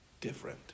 different